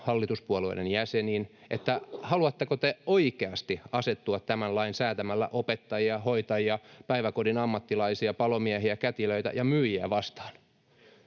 hallituspuolueiden jäseniin: Haluatteko te oikeasti asettua tämän lain säätämällä opettajia, hoitajia, päiväkodin ammattilaisia, palomiehiä, kätilöitä ja myyjiä vastaan?